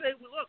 look